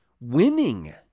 winning